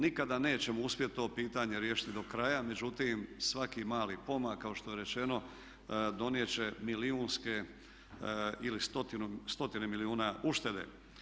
Nikada nećemo uspjeti to pitanje riješiti do kraja, međutim svaki mali pomak kao što je rečeno donijet će milijunske ili stotine milijuna uštede.